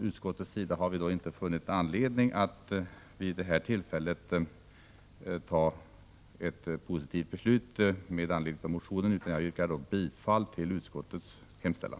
Utskottet har inte funnit anledning att vid detta tillfälle biträda motionsyrkandena. Jag yrkar därför bifall till utskottets hemställan.